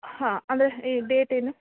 ಹಾಂ ಅಂದರೆ ಈ ಡೇಟ್ ಏನು